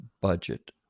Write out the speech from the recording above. budget